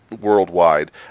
worldwide